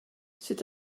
c’est